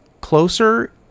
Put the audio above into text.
closer